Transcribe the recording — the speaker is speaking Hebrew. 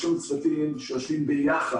יש לנו צוותים ביחד